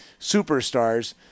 superstars